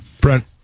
Brent